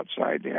outside